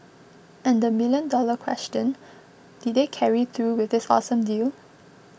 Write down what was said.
and the million dollar question did they carry through with this awesome deal